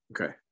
Okay